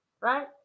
Right